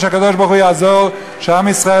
ושהקדוש-ברוך-הוא יעזור שעם ישראל